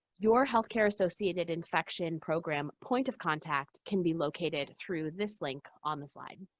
your healthcare associated infection program point of contact can be located through this link on the slide.